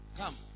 Come